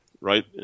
right